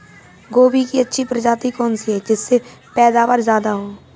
गोभी की अच्छी प्रजाति कौन सी है जिससे पैदावार ज्यादा हो?